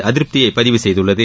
அதிருப்தியை பதிவு செய்துள்ளது